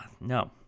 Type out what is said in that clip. no